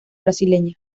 brasileña